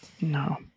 No